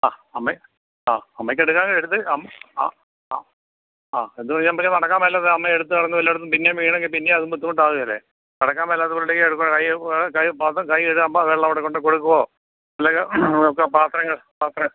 ആ അമ്മയെ ആ അമ്മയ്ക്കെടുക്കാനുള്ളത് എടുത്ത് അം ആ ആ ആ എന്തുപറഞ്ഞാൽ പിന്നെ നടക്കാൻ മേലാത്ത അമ്മയുടെയടുത്ത് നടന്ന് പിന്നേയും വീണെങ്കിൽ പിന്നേയുമത് ബുദ്ധിമുട്ടാകുകയില്ലേ നടക്കാൻ മേലാത്തയൊണ്ടെങ്കിൽ അത് കൈ കൈ പാത്രം കൈകഴുകാൻ വെള്ളം അവിടെക്കൊണ്ട് കൊടുക്കുകയോ അല്ലെങ്കിൽ നമുക്കാ പാത്രങ്ങൾ പാത്രം